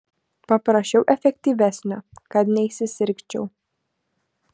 paprašiau efektyvesnio kad neįsisirgčiau